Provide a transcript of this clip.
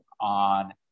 on